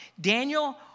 Daniel